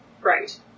Right